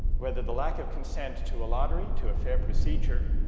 whether the lack of consent to a lottery to a fair procedure